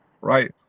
right